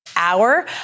hour